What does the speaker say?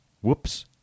Whoops